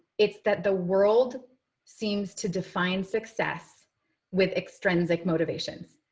it's that the world seems to define success with extrinsic motivations.